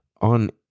on